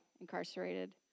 incarcerated